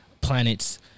planets